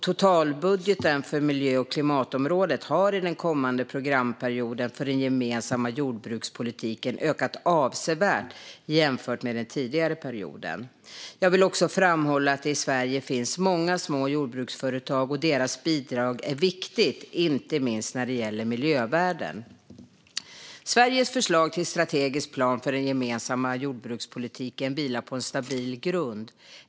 Totalbudgeten för miljö och klimatområdet har i den kommande programperioden för den gemensamma jordbrukspolitiken ökat avsevärt jämfört med den tidigare perioden. Jag vill också framhålla att det i Sverige finns många små jordbruksföretag, och deras bidrag är viktigt inte minst när det gäller miljövärden. Sveriges förslag till strategisk plan för den gemensamma jordbrukspolitiken vilar på en stabil grund.